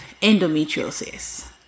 endometriosis